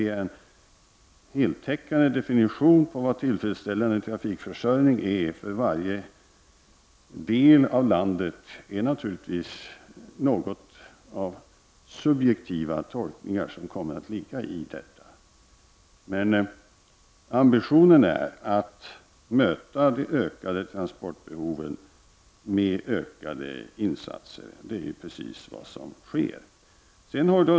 I en heltäckande definition på vad ”tillfredsställande trafikförsörjning” innebär för varje del av landet kommer det naturligtvis att ingå något av en subjektiv bedömning. Men ambitionen är att möta de ökade transportbehoven med ökade insatser, och det är precis vad som sker.